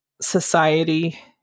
Society